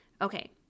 Okay